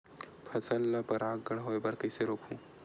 फसल ल परागण होय बर कइसे रोकहु?